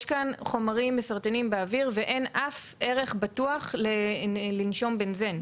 יש כאן חומרים מסרטנים באוויר ואין אף ערך בטוח לנשום בנזן.